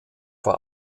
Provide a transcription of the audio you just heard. vor